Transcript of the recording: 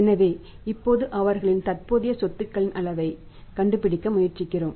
எனவே இப்போது அவர்களின் தற்போதைய சொத்துக்களின் அளவைக் கண்டுபிடிக்க முயற்சிக்கிறோம்